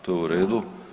To je u redu.